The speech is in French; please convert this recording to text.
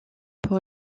pour